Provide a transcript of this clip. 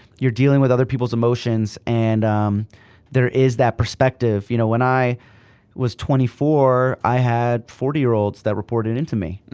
you're dealing with other people's emotions and there is that perspective. you know when i was twenty four, i had forty year olds that reported in to me,